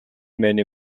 many